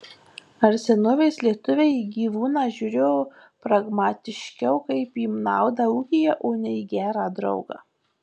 ar senovės lietuviai į gyvūną žiūrėjo pragmatiškiau kaip į naudą ūkyje o ne į gerą draugą